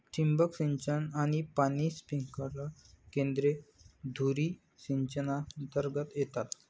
ठिबक सिंचन आणि पाणी स्प्रिंकलर केंद्रे धुरी सिंचनातर्गत येतात